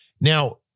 Now